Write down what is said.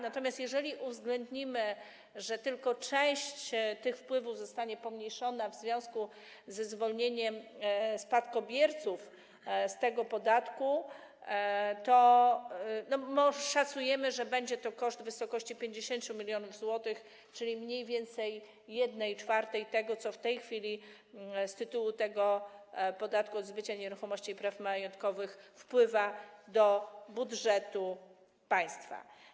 Natomiast jeżeli uwzględnimy, że tylko część tych wpływów zostanie pomniejszona w związku ze zwolnieniem spadkobierców z tego podatku, to szacujemy, że będzie to koszt w wysokości 50 mln zł, czyli mniej więcej 1/4 tego, co w tej chwili z tytułu tego podatku od zbycia nieruchomości i praw majątkowych wpływa do budżetu państwa.